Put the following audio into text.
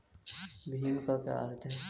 भीम का क्या अर्थ है?